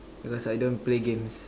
because I don't play games